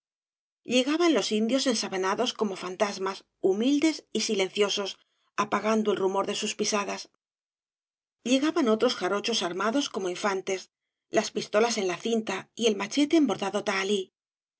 llegaban los indios ensabanados como fantasmas humildes y silenciosos apagando el rumor de sus pisadas llegaban tez s obras devalle inclan g otros jarochos armados como infantes las pistolas en la cinta y el machete en bordado tahalí